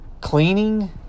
cleaning